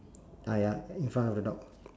ah ya in front of the dog